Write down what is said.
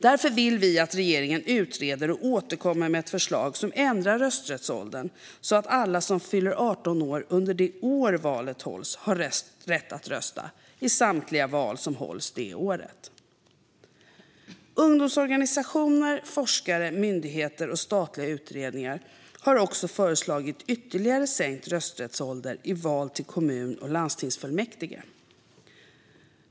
Därför vill vi att regeringen utreder och återkommer med ett förslag som ändrar rösträttsåldern så att alla som fyller 18 år under det år valet hålls har rätt att rösta i samtliga val som hålls det året. Ungdomsorganisationer, forskare, myndigheter och statliga utredningar har också föreslagit ytterligare sänkt rösträttsålder i val till kommun och landstingsfullmäktige.